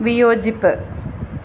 വിയോജിപ്പ്